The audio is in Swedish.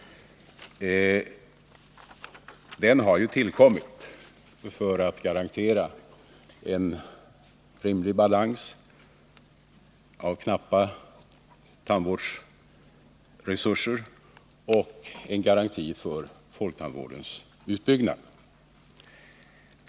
Den har ju tillkommit för att garantera en rimlig balans av knappa tandvårdsresurser och för att vara en garanti för folktandvårdens utbyggnad.